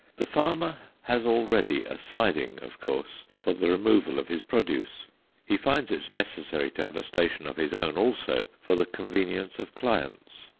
the farmer has already a siding of course, for the removal of his produce he finds it necessary to have a station of his own also for the convenience of clients.